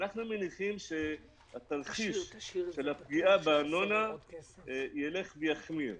אנחנו מניחים שהתרחיש של הפגיעה בתשלום הארנונה ילך ויחמיר.